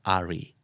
Ari